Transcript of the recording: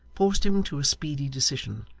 forced him to a speedy decision.